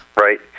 Right